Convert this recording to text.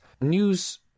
News